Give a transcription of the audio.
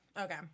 Okay